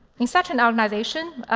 in such an organization,